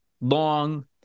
long